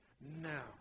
Now